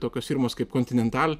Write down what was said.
tokios firmos kaip continental